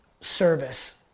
service